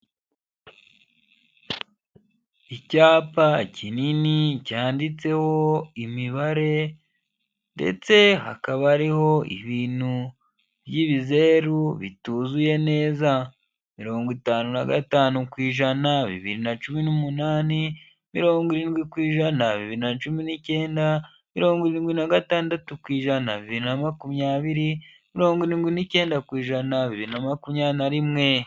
Icyapa kinini cyanditseho imibare ndetse hakaba hariho ibintu by'ibizeru bituzuye neza, mirongo itanu na gatanu ku ijana bibiri na cumi n'umunani, mirongo irindwi ku ijana bubiri na cumi n'icyenda, mirongo irindwi na gatandatu ku ijana bibiri na makumyabiri, mirongo irindwi n'icyenda ku ijana makumyabiri na rimwe.